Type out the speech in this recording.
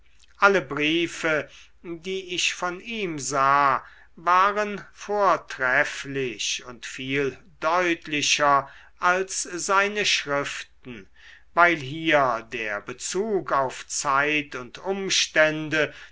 alle briefe die ich von ihm sah waren vortrefflich und viel deutlicher als seine schriften weil hier der bezug auf zeit und umstände